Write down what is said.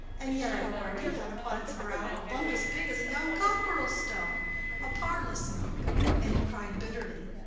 and yet, i warrant, it had upon its brow a bump as big as a young cock'rel's stone a perilous knock and it cried bitterly.